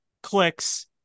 clicks